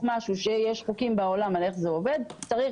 משהו שיש חוקים בעולם איך זה עובד וצריך